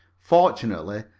fortunately,